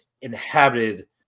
inhabited